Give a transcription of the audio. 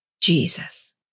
Jesus